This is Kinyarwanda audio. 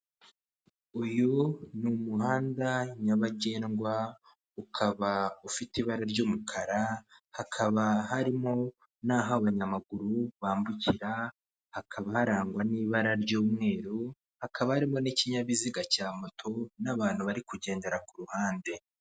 Uyu ni umuhanda nyabagendwa ukaba ufite ibara ry'umukara hakaba barimo n'aho abanyamaguru bambukira bakaba haranngwa n'ibara ry'umweru hakaba harimo n'ikinyabiuziga cya moto n'abantu bari kugendera kuruhande.